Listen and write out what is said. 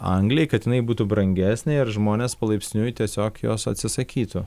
angliai kad jinai būtų brangesnė ir žmonės palaipsniui tiesiog jos atsisakytų